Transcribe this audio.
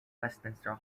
westminster